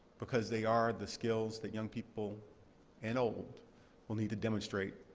because they are the skills that young people and old will need to demonstrate,